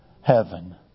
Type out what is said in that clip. Heaven